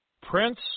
prince